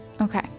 okay